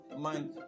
mind